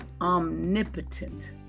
omnipotent